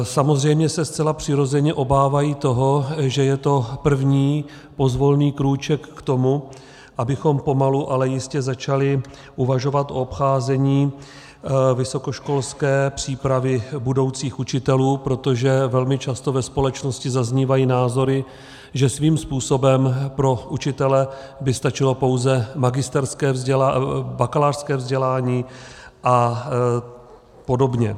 Samozřejmě se zcela přirozeně obávají toho, že je to první pozvolný krůček k tomu, abychom pomalu, ale jistě začali uvažovat o obcházení vysokoškolské přípravy budoucích učitelů, protože velmi často ve společnosti zaznívají názory, že svým způsobem pro učitele by stačilo pouze bakalářské vzdělání apod.